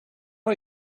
are